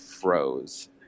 froze